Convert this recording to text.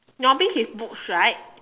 novice is books right